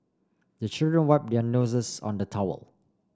the children wipe their noses on the towel